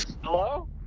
Hello